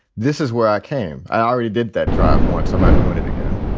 this is where i came. i already did that drive once. i'm not doing it again.